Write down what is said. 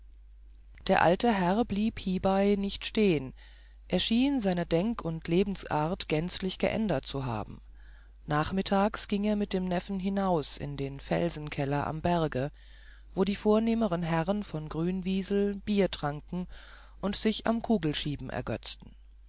der alte herr blieb aber hiebei nicht stehen er schien seine denk und lebensart gänzlich geändert zu haben nachmittags ging er mit dem neffen hinaus in den felsenkeller am berge wo die vornehmeren herren von grünwiesel bier tranken und sich am kugelschieben ergötzten